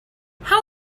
how